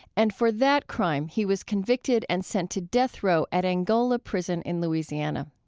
and for that crime he was convicted and sent to death row at angola prison in louisiana.